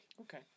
Okay